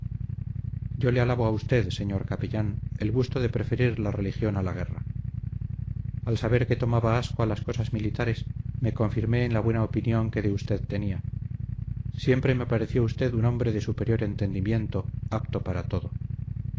yo le alabo a usted señor capellán el gusto de preferir la religión a la guerra al saber que tomaba asco a las cosas militares me confirmé en la buena opinión que de usted tenía siempre me pareció usted un hombre de superior entendimiento apto para todo